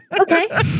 Okay